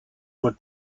were